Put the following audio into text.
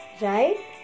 right